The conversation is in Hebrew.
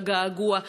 של הגעגוע,